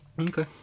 Okay